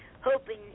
hoping